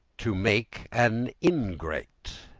to make an ingrate.